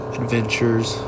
adventures